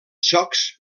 xocs